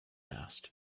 asked